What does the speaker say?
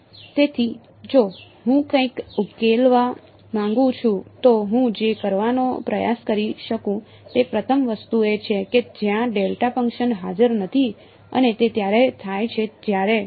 તેથી જો હું કંઈક ઉકેલવા માંગું છું તો હું જે કરવાનો પ્રયાસ કરી શકું તે પ્રથમ વસ્તુ એ છે કે જ્યાં ડેલ્ટા ફંક્શન હાજર નથી અને તે ત્યારે થાય છે જ્યારે